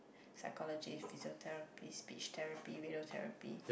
psychologist physiotherapist speech therapy video therapy